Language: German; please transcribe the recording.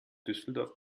düsseldorf